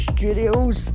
Studios